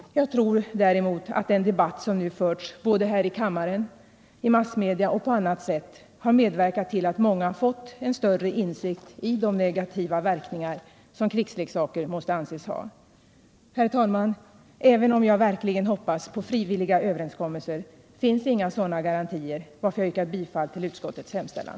Jag tror däremot att den debatt som förts både här i kammaren, i massmedia och på annat håll har medverkat till att många har fått en större insikt om de negativa verkningar som krigsleksaker måste anses ha. Herr talman! Även om jag verkligen hoppas på frivilliga överenskommelser, finns det inga garantier i det avseendet, varför jag yrkar bifall till utskottets hemställan.